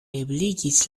ebligis